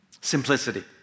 Simplicity